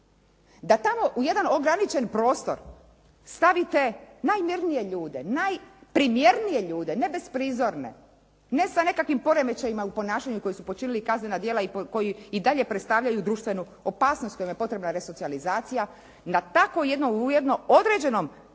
da tamo u jedna ograničen prostor stavite najmirnije ljude, najprimjernije ljude ne bez prizorne, ne sa nekim poremećajima u ponašanju koji su počinili kaznena djela i koja i dalje predstavljaju društvenu opasnost kojima je potrebna resocijalizacija da tako u jednom određenom vrlo